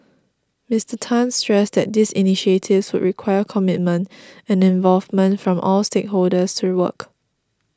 Mister Tan stressed that these initiatives would require commitment and involvement from all stakeholders to work